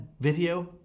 video